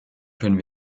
können